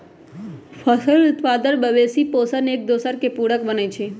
फसल उत्पादन, मवेशि पोशण, एकदोसर के पुरक बनै छइ